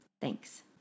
Thanks